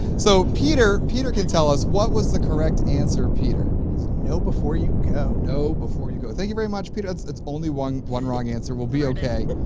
so, peter, peter, can tell us what was the correct answer peter? know before you go. know before you go. thank you very much peter it's it's only one, one wrong answer. we'll be okay.